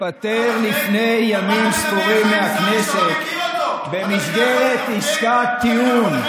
והתפטר לפני ימים ספורים מהכנסת במסגרת עסקת טיעון,